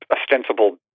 ostensible